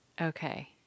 Okay